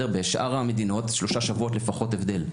בשאר המדינות שלושה שבועות לפחות הבדל.